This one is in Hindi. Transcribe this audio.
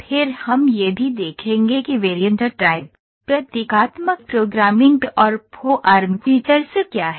फिर हम यह भी देखेंगे कि वेरिएंट टाइप प्रतीकात्मक प्रोग्रामिंग और फॉर्म फीचर्स क्या हैं